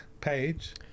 page